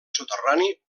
soterrani